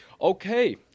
okay